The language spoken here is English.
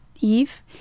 Eve